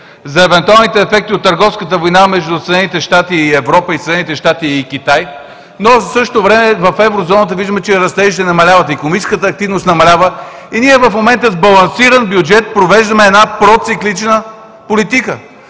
за евентуалните ефекти от търговската война между Съединените щати и Европа и Съединените щати и Китай. В същото време в Еврозоната виждаме, че растежите намаляват, икономическата активност намалява и ние в момента с балансиран бюджет провеждаме една проциклична политика.